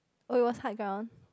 oh it was hard ground